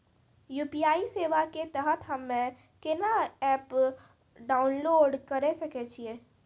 UPI सेवा के तहत हम्मे केना एप्प डाउनलोड करे सकय छियै?